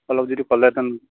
অলপ যদি ক'লেহেঁতেন